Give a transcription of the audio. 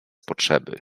potrzeby